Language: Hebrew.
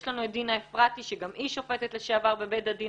יש לנו את דינה אפרתי שגם היא שופטת לשעבר בבית הדין